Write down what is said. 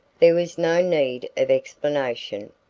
there was no need of explanation.